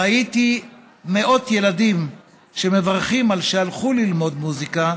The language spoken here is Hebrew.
ראיתי מאות ילדים שמברכים על שהלכו ללמוד מוזיקה,